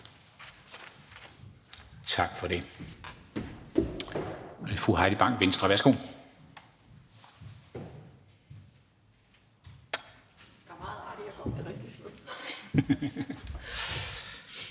Tak for det.